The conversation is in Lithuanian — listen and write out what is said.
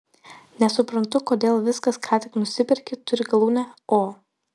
nesuprantu kodėl viskas ką tik nusiperki turi galūnę o